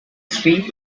three